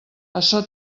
açò